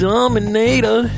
Dominator